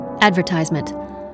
Advertisement